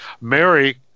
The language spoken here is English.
Mary